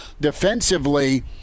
Defensively